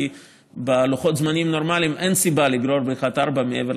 כי בלוחות זמנים נורמליים אין סיבה לגרור את בריכה 4 מעבר